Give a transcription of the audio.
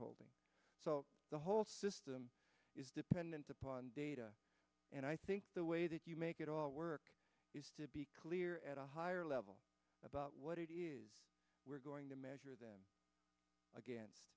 holding so the whole system is dependent upon data and i think the way that you make it all work is to be clear at a higher level about what it is we're going to measure them again